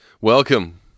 Welcome